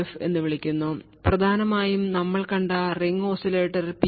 F എന്ന് വിളിക്കുന്നു പ്രധാനമായും നമ്മൾ കണ്ട റിംഗ് ഓസിലേറ്റർ പി